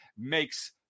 makes